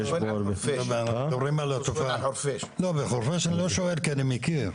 לא, בחורפיש אני לא שואל, כי אני מכיר.